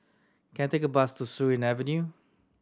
can I take a bus to Surin Avenue